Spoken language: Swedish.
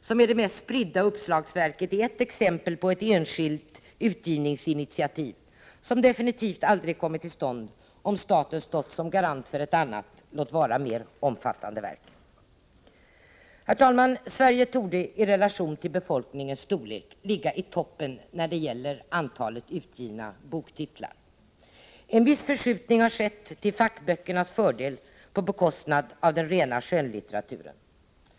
som är det mest spridda uppslagsverket, är ett exempel på ett enskilt utgivningsinitiativ som definitivt aldrig kommit till stånd om staten stått som garant för ett annat, låt vara mer omfattande verk. Herr talman! Sverige torde i relation till befolkningens storlek ligga i toppen när det gäller antalet utgivna boktitlar. En viss förskjutning har skett till fackböckernas fördel på bekostnad av den rena skönlitteraturen.